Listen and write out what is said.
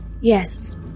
Yes